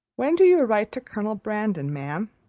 when do you write to colonel brandon, ma'am?